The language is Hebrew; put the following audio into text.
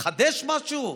התחדש משהו?